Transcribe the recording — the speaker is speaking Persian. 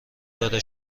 داره